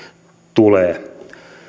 tulee